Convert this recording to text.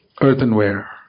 earthenware